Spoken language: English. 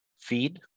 feed